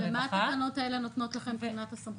ומה התקנות האלה נותנות לכם מבחינת הסמכות?